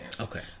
Okay